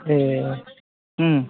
ए ओम